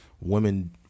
women